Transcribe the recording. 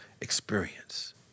experience